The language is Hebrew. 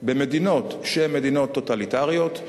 במדינות שהן מדינות טוטליטריות,